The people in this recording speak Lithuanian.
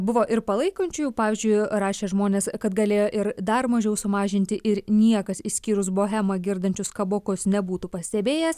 buvo ir palaikančiųjų pavyzdžiui rašė žmonės kad galėjo ir dar mažiau sumažinti ir niekas išskyrus bohemą girdančius kabokus nebūtų pastebėjęs